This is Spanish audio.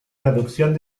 traducción